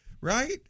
right